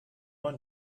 man